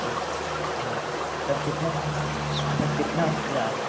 अच्छा तब कितने में तो कितना होगा